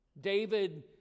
David